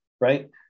right